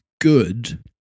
Good